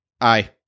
Aye